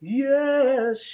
yes